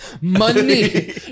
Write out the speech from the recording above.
Money